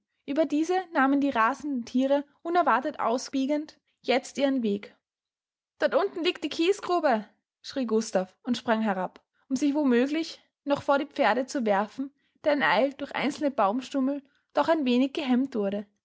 ueber diese nahmen die rasenden thiere unerwartet ausbiegend jetzt ihren weg dort unten liegt die kiesgrube schrie gustav und sprang herab um sich wo möglich noch vor die pferde zu werfen deren eil durch einzelne baumstummel doch ein wenig gehemmt wurde